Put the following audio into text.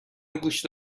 گوشت